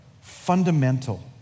fundamental